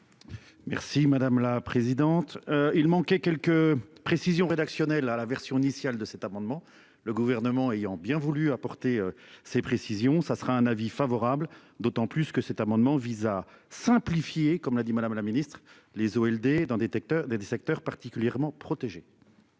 Merci madame la présidente. Il manquait quelques précisions rédactionnelles à la version initiale de cet amendement, le gouvernement ayant bien voulu apporter ces précisions. Ça sera un avis favorable d'autant plus que cet amendement vise à simplifier, comme l'a dit Madame la Ministre les eaux des dans des secteurs des des secteurs particulièrement protégés.